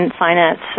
finance